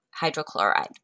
hydrochloride